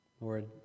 Lord